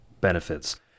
benefits